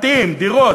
בתים, דירות.